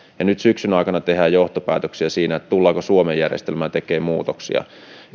syksyn aikana tehdään johtopäätöksiä siinä tullaanko suomen järjestelmään tekemään muutoksia